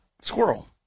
squirrel